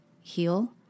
heal